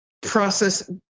process